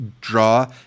draw